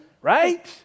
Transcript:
right